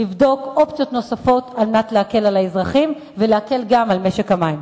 לבדוק אופציות נוספות כדי להקל על האזרחים וגם על משק המים.